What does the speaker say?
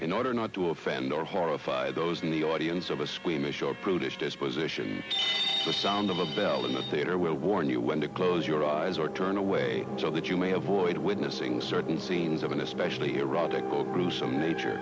in order not to offend or horrified those in the audience of a squeamish or prudish disposition the sound of a bell in the theatre will warn you when to close your eyes or turn away so that you may avoid witnessing certain scenes of an especially erotic or gruesome nature